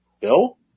Bill